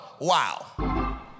wow